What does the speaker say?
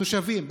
התושבים,